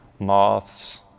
Moths